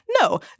No